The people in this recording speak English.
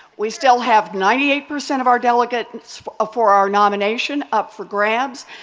we still have ninety eight percent of our delegates for our nomination up for grabs.